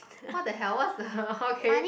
what the hell what's the okay